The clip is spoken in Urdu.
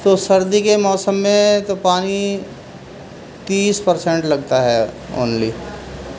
تو سردی کے موسم میں تو پانی تیس پرسینٹ لگتا ہے اونلی